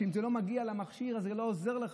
כי אם זה לא מגיע למכשיר אז זה לא עוזר לך.